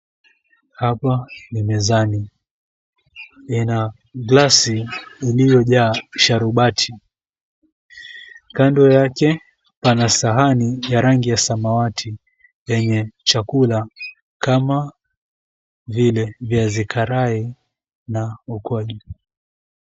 Hapa ni mezani. Ina glasi iliyojaa sharubati. Kando yake pana sahani ya rangi ya samawati yenye chakula kama vile viazi karai na ukwaju.